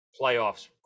playoffs